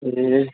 ए